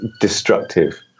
destructive